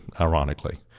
ironically